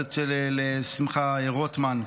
היועצת של שמחה רוטמן,